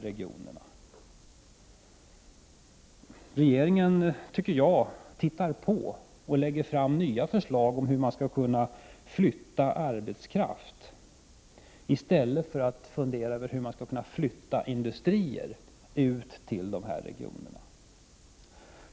Jag tycker att det verkar som att regeringen bara ser på och lägger fram nya förslag om hur man skall kunna flytta arbetskraft, i stället för att fundera över hur man skall kunna flytta industrier till de berörda regionerna.